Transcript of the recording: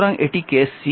সুতরাং এটি কেস